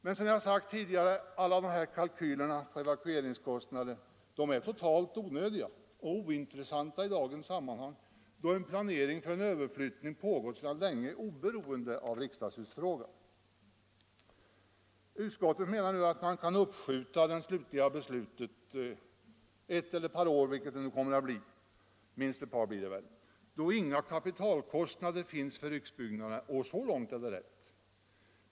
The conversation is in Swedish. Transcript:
Men som jag sagt tidigare är alla dessa kalkyler på evakueringskostnader totalt onödiga och ointressanta i dagens sammanhang, då en planering för överflyttning av departementen pågått sedan länge, oberoende av riksdagshusfrågan. Utskottet menar nu att man kan uppskjuta det slutliga beslutet ett eller ett par år — minst ett par år blir det väl — då inga kapitalkostnader finns för riksbyggnaderna. Så långt är det rätt.